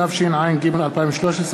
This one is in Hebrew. התשע"ג 2013,